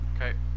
Okay